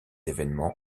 événements